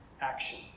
action